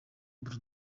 bull